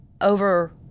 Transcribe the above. over